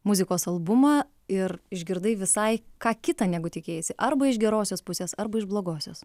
muzikos albumą ir išgirdai visai ką kita negu tikėjaisi arba iš gerosios pusės arba iš blogosios